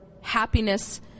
happiness